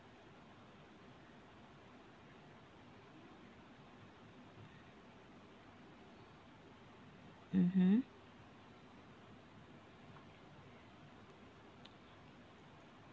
mmhmm